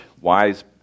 Wise